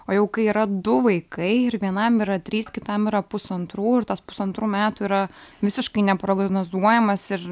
o jau kai yra du vaikai ir vienam yra trys kitam yra pusantrų ir tas pusantrų metų yra visiškai neprognozuojamas ir